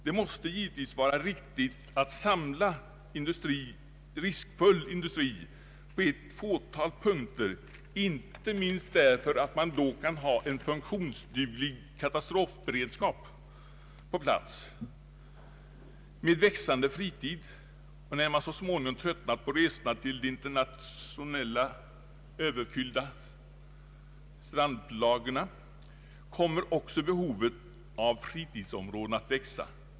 Det måste givetvis vara riktigt att samla riskfull industri på ett fåtal punkter, inte minst därför att man då kan ha en funktionsduglig katastrofberedskap på plats. Med växande fritid och när människorna så småningom tröttnat på resorna till de internationella överfyllda strandplagerna kommer också behovet av fritidsområden att växa.